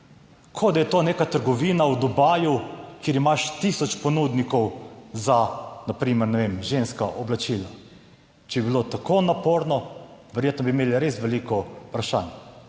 Kot da je to neka trgovina v Dubaju, kjer imaš tisoč ponudnikov za na primer, ne vem, ženska oblačila. Če bi bilo tako naporno, verjetno bi imeli res veliko vprašanj,